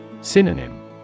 Synonym